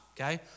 okay